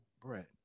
bread